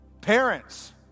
parents